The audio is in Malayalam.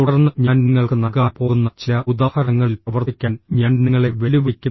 തുടർന്ന് ഞാൻ നിങ്ങൾക്ക് നൽകാന് പോകുന്ന ചില ഉദാഹരണങ്ങളിൽ പ്രവർത്തിക്കാൻ ഞാൻ നിങ്ങളെ വെല്ലുവിളിക്കും